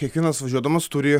kiekvienas važiuodamas turi